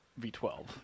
V12